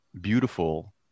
beautiful